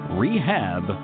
rehab